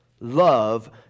love